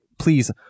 Please